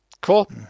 Cool